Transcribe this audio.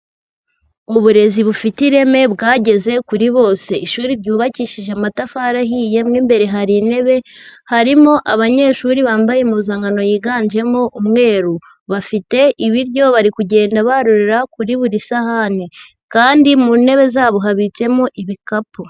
Uburezi bufite ireme bwageze kuri bose, ishuri ryubakishije amatafari ahiye, mo imbere hari intebe, harimo abanyeshuri bambaye impuzankano yiganjemo umweru, bafite ibiryo bari kugenda barurira kuri buri sahani, kandi mu ntebe zabo habitsemo ibikapu.